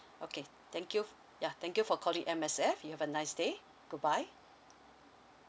okay thank you yeah thank you for calling M_S_F you have a nice day goodbye